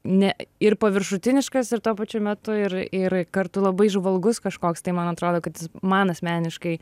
ne ir paviršutiniškas ir tuo pačiu metu ir ir kartu labai įžvalgus kažkoks tai man atrodo kad jis man asmeniškai